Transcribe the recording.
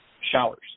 showers